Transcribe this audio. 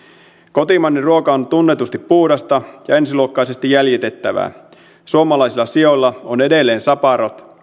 kotimainen ruoka on tunnetusti puhdasta ja ensiluokkaisesti jäljitettävää suomalaisilla sioilla on edelleen saparot